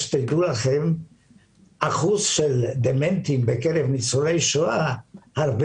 תדעו לכם שאחוז הדמנטיים בקרב ניצולי שואה הוא הרבה